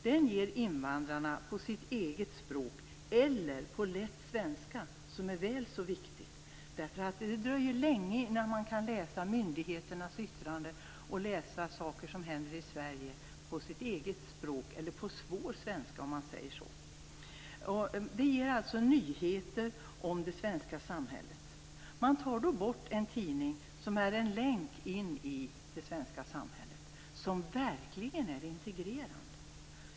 Den ger invandrarna information på sitt eget språk eller på lätt svenska, något som är väl så viktigt. Det dröjer länge innan man kan läsa myndigheternas yttrande, innan man kan läsa om saker som händer i Sverige på sitt eget språk eller på svår svenska. Tidningen ger alltså nyheter om det svenska samhället. Man tar bort en tidning som är en länk in i det svenska samhället och som verkligen är integrerande.